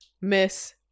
Miss